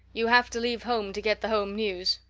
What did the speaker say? you have to leave home to get the home news.